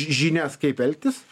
žinias kaip elgtis